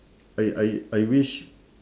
I I I wish